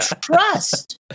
trust